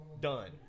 done